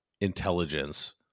intelligence